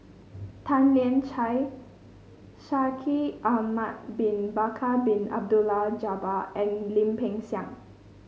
Tan Lian Chye Shaikh Ahmad Bin Bakar Bin Abdullah Jabbar and Lim Peng Siang